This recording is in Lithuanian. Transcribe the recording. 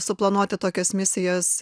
suplanuoti tokias misijas